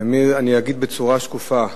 אני אגיד בצורה שקופה: